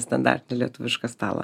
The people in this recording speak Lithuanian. standartinį lietuvišką stalą